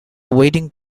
wedding